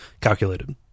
calculated